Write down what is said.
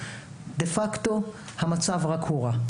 דפקטו המצב רק הורע.